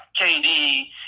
KD